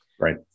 right